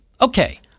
Okay